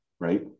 right